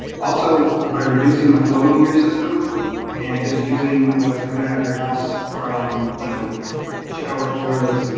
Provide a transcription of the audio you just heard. also, by reducing the flow into your system and just using what's coming out of your house from you know showers, toilets, and